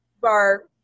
bar